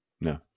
No